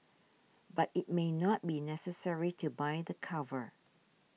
but it may not be necessary to buy the cover